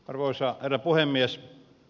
arvoisa herra puhemies